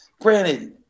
granted